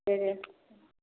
दे दे